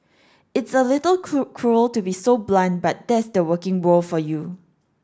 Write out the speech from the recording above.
it's a little cruel to be so blunt but that's the working world for you